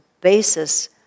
basis